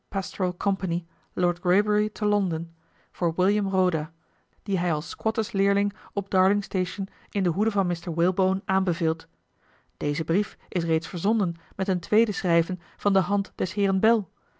lord greybury te londen voor william roda dien hij als squattersleerling op darlingstation in de hoede van mr walebone aanbeveelt deze brief is reeds verzonden met een tweede schrijven van de hand des heeren